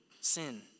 sin